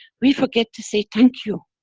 we forget to say, thank you,